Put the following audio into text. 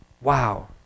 Wow